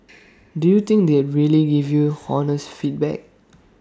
do you think they'd really give you honest feedback